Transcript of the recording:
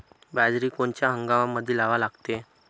बाजरी कोनच्या हंगामामंदी लावा लागते?